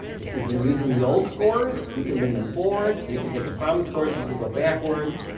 if you've been using the old scores, you can bring them forward, you can take the promis scores, you can go backward,